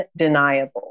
undeniable